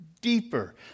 deeper